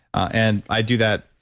and i do that,